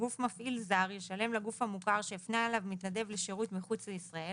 גוף מפעיל זר ישלם לגוף המוכר שהפנה אליו מתנדב לשירות מחוץ ישראל